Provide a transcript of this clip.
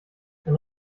ein